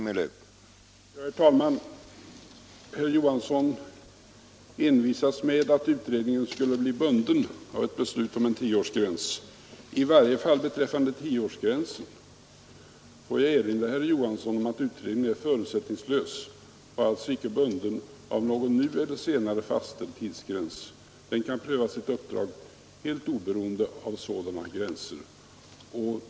Herr talman! Herr Johansson i Trollhättan envisas med att utredningen om utlandssvenskarnas rösträtt skulle bli bunden av ett beslut om en tioårsgräns, i varje fall till just tio år. Jag vill erinra herr Johansson om att utredningen är förutsättningslös och alls inte bunden av någon nu eller senare fastställd tidsgräns. Den kan pröva sitt uppdrag helt oberoende av sådana gränser.